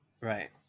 Right